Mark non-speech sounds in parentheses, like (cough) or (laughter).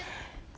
(breath)